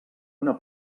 una